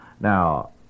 Now